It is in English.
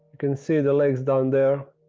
can see the legs down there.